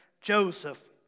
Joseph